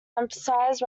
emphasized